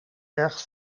erg